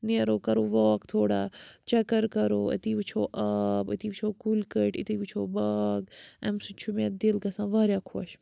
نیرو کَرو واک تھوڑا چَکَر کَرو أتی وٕچھو آب أتی وٕچھو کُلۍ کٔٹۍ أتی وٕچھو باغ اَمۍ سۭتۍ چھُ مےٚ دِل گژھان واریاہ خۄش